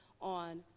on